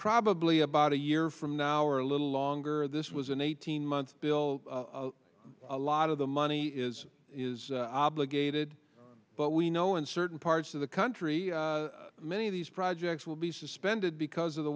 probably about a year from now or a little longer this was an eighteen month bill a lot of the money is is obligated but we know in certain parts of the country many of these projects will be suspended because of the